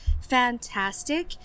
fantastic